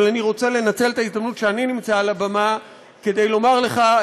אבל אני רוצה לנצל את ההזדמנות שאני נמצא על הבמה כדי לומר לך,